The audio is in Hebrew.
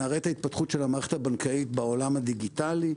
נראה את ההתפתחות של המערכת הבנקאית בעולם הדיגיטלי.